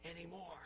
anymore